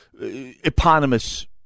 eponymous